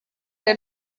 der